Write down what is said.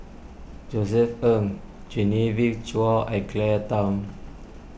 Josef Ng Genevieve Chua and Claire Tham